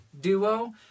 duo